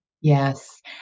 Yes